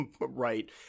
right